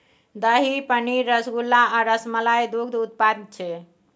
दही, पनीर, रसगुल्ला आ रसमलाई दुग्ध उत्पाद छै